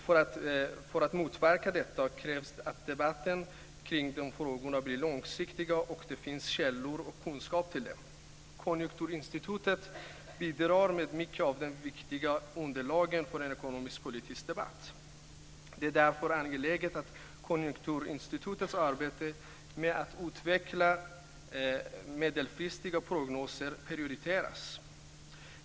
För att man ska motverka detta krävs att debatten när det gäller dessa frågor blir långsiktig och att det finns källor och kunskap. Konjunkturinstitutet bidrar med en stor del av de viktiga underlagen för en ekonomisk-politisk debatt. Det är därför angeläget att Konjunkturinstitutets arbete med att utveckla medelfristiga prognoser prioriteras.